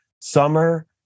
summer